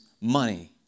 money